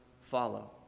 follow